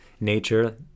nature